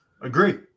Agree